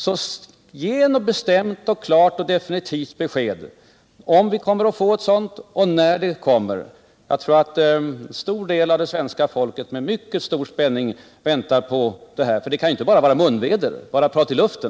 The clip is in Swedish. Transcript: Ge oss ett bestämt och klart och definitivt besked huruvida vi kommer att få ett sådant och när det kommer! Jag tror att en stor del av svenska folket med mycket stor spänning väntar på detta besked — för det kan väl inte bara vara munväder och prat i luften?